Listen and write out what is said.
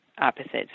opposite